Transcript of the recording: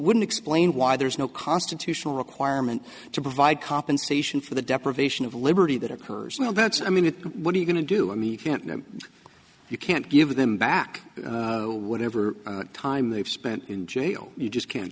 wouldn't explain why there is no constitutional requirement to provide compensation for the deprivation of liberty that occurs now that's i mean what are you going to do i mean you can't no you can't give them back whatever time they've spent in jail you just can't